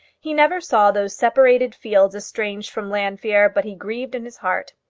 he never saw those separated fields estranged from llanfeare, but he grieved in his heart.